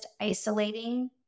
isolating